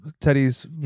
Teddy's